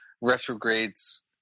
retrogrades